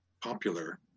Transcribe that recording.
popular